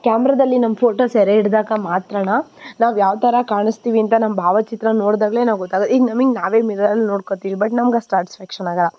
ಕ್ಯಾಮ್ರದಲ್ಲಿ ನಮ್ಮ ಫೋಟೋ ಸೆರೆ ಹಿಡಿದಾಗ ಮಾತ್ರ ನಾವು ಯಾವ ಥರ ಕಾಣಿಸ್ತೀವಿ ಅಂತ ನಮ್ಮ ಭಾವಚಿತ್ರ ನೋಡಿದಾಗ್ಲೇ ಗೊತ್ತಾಗೋದ್ ಈಗ ನಮಗೆ ನಾವೇ ಮಿರರಲ್ಲಿ ನೋಡ್ಕೋತೀವಿ ಬಟ್ ನಮ್ಗೆ ಅಷ್ಟು ಸ್ಯಾಟಿಸ್ಫ್ಯಾಕ್ಷನ್ ಆಗಲ್ಲ